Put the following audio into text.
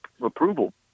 approval